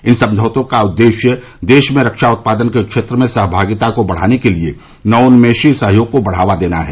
इन समझौतों का उद्देश्य देश में रक्षा उत्पादन के क्षेत्र में सहभागिता को बढ़ाने के लिए नवोन्मेषी सहयोग को बढ़ावा देना है